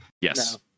Yes